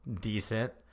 decent